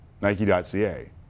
Nike.ca